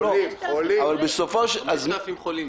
חולים.